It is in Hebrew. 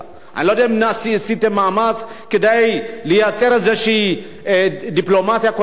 אני לא יודע אם עשיתם מאמץ כדי לייצר איזו דיפלומטיה כלשהי,